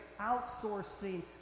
outsourcing